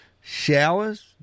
showers